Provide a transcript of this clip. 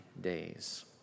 days